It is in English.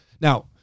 now